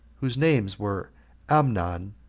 whose names were amnon,